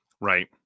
right